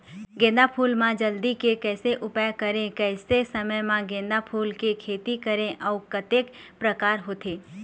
गेंदा फूल मा जल्दी के कैसे उपाय करें कैसे समय मा गेंदा फूल के खेती करें अउ कतेक प्रकार होथे?